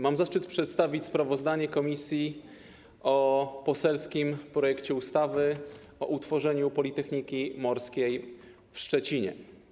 Mam zaszczyt przedstawić sprawozdanie komisji o poselskim projekcie ustawy o utworzeniu Politechniki Morskiej w Szczecinie.